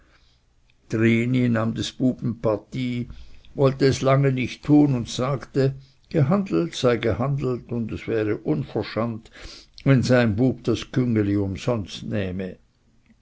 des buben partie wollte es lange nicht tun und sagte gehandelt sei gehandelt und es wäre uverschant wenn sein bub das küngeli umsonst nähmte